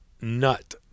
nut